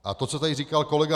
A to, co tady říkal kolega